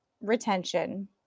retention